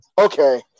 Okay